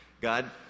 God